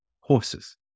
horses